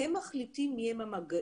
הם מחליטים מי הם המגעים.